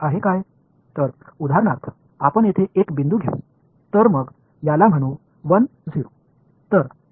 எடுத்துக்காட்டாக இங்கே ஒரு புள்ளியை எடுத்துக்கொள்வோம் இதை 1 0 என்று அழைப்போம்